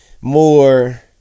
more